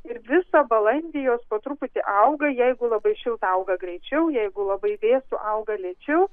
ir visą balandį jos po truputį auga jeigu labai šilta auga greičiau jeigu labai vėsu auga lėčiau